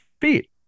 feet